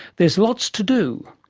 there is lots to do.